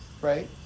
right